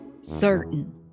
certain